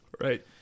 Right